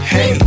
Hey